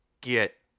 get